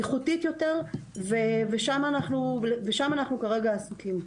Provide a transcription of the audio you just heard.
איכותית יותר ושם אנחנו כרגע עסוקים.